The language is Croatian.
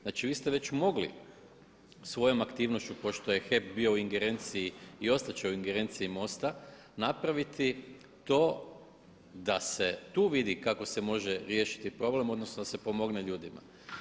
Znači vi ste već mogli svojom aktivnošću pošto je HEP bio u ingerenciji i ostat će u ingerenciji MOST-a napraviti to da se tu vidi kako se može riješiti problem, odnosno da se pomogne ljudima.